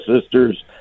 sisters